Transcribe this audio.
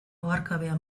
oharkabean